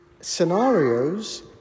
scenarios